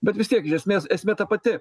bet vis tiek iš esmės esmė ta pati